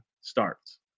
starts